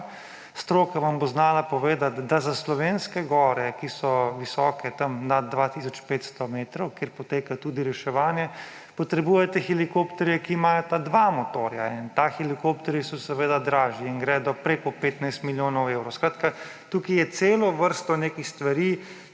Stroka vam bo znala povedati, da za slovenske gore, ki so visoke tam nad 2 tisoč 500 metrov, kjer poteka tudi reševanje, potrebujete helikopterje, ki imajo dva motorja. Ti helikopterji so seveda dražji in gredo preko 15 milijonov evrov. Skratka, tukaj je cela vrsta nekih stvari,